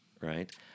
right